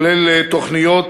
כולל תוכניות